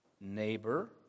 neighbor